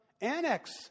annex